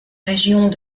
régions